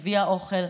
הביאה אוכל.